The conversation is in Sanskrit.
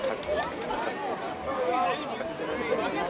अस्तु अस्तु कति दिनानि भवन्ति